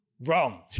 Wrong